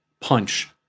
punch